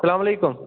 السَلام علیکُم